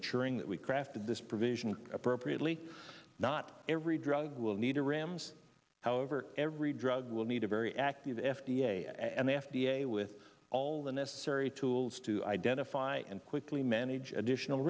ensuring that we crafted this provision appropriately not every drug will need a ram's however every drug will need a very active f d a and the f d a with all the necessary tools to identify and quickly manage additional